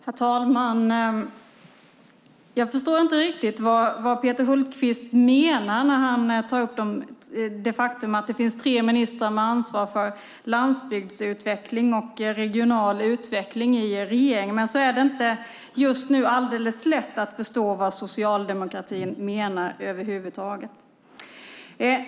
Herr talman! Jag förstår inte riktigt vad Peter Hultqvist menar när han tar upp det faktum att det finns tre ministrar med ansvar för landsbygdsutveckling och regional utveckling i regeringen. Men det är inte alldeles lätt just nu att förstå vad socialdemokratin menar över huvud taget.